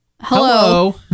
Hello